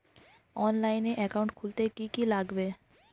অনলাইনে একাউন্ট খুলতে কি কি লাগবে?